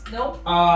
Nope